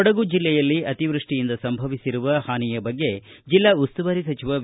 ಕೊಡಗು ಜಿಲ್ಲೆಯಲ್ಲಿ ಅತಿವೃಷ್ಷಿಯಿಂದ ಸಂಭವಿಸಿರುವ ಹಾನಿಯ ಬಗ್ಗೆ ಜಿಲ್ಲಾ ಉಸ್ತುವಾರಿ ಸಚಿವ ವಿ